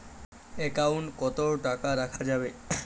Account কত টাকা রাখা যাবে?